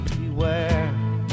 beware